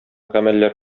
гамәлләр